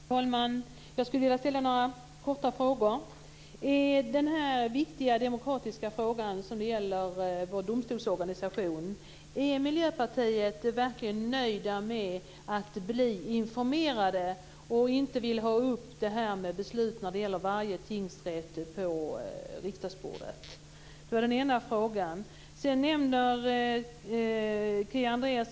Herr talman! Jag skulle vilja ställa några korta frågor. Är Miljöpartiet när det gäller vår demokratiskt så viktiga domstolsorganisation nöjt med att bli informerat? Vill ni inte få upp besluten beträffande varje tingsrätt på riksdagens bord? Kia Andreasson nämner här en mall.